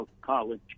College